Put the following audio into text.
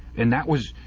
and that was